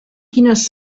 quines